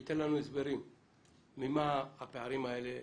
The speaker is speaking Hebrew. שייתן לנו הסברים ממה הפערים האלה,